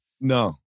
no